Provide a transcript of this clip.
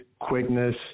quickness